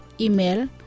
Email